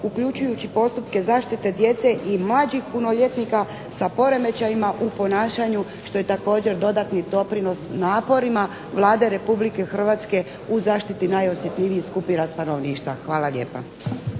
uključujući postupke zaštite djece i mlađih punoljetnika sa poremećajima u ponašanju što je također dodatni doprinos naporima vlade Republike Hrvatske u zaštiti najosjetljivijih skupina stanovništva. **Bebić,